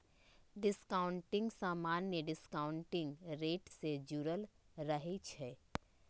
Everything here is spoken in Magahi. डिस्काउंटिंग समान्य डिस्काउंटिंग रेट से जुरल रहै छइ